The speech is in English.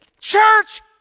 Church